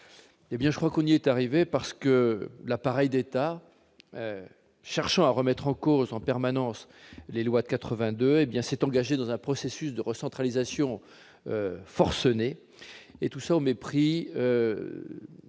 à une telle situation ? Parce que l'appareil d'État, cherchant à remettre en cause en permanence les lois de 1982, s'est engagé dans un processus de recentralisation forcené, et ce au mépris des